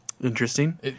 Interesting